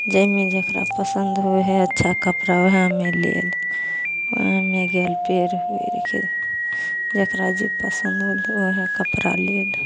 जाहिमे जकरा पसन्द होइ हइ अच्छा कपड़ा वएहमे लेल ओहिमे गेल पहिर ओढ़िके जकरा जे पसन्द होल ओहे कपड़ा लेल